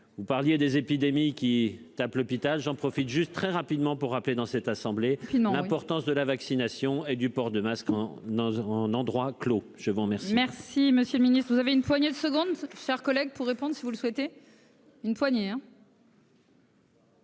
Vous parliez des épidémies qui tape l'hôpital, j'en profite juste très rapidement pour rappeler dans cette assemblée finalement l'importance de la vaccination et du port de masque en notre en endroit clos. Je vous remercie. Merci Monsieur le Ministre, vous avez une poignée de secondes chers collègues pour répondre si vous le souhaitez. Une poignée